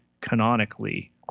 canonically